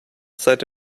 seit